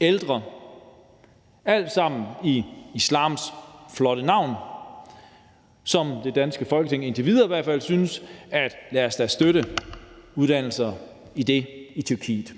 ældre, alt sammen i islams flotte navn. Her siger det danske Folketing i hvert fald indtil videre: Lad os da støtte uddannelser i det i Tyrkiet.